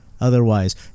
otherwise